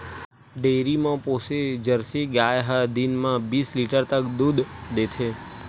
dairy म पोसे Jersey गाय ह दिन म बीस लीटर तक दूद देथे